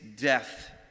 death